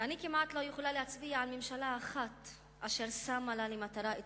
ואני כמעט לא יכולה להצביע על ממשלה אחת אשר שמה לה למטרה את